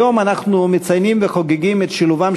כיום אנחנו מציינים וחוגגים את שילובן